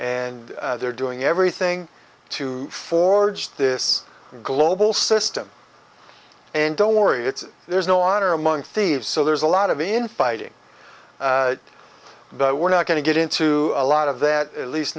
and they're doing everything to forge this global system and don't worry it's there's no honor among thieves so there's a lot of infighting but we're not going to get into a lot of that at least